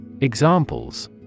Examples